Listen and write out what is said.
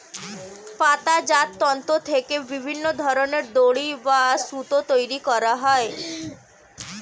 পাতাজাত তন্তু থেকে বিভিন্ন ধরনের দড়ি বা সুতো তৈরি করা হয়